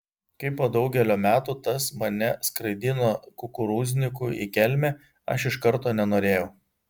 kai po daugelio metų tas mane skraidino kukurūzniku į kelmę aš iš karto nenorėjau